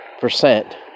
percent